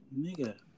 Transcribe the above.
Nigga